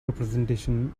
representation